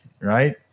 right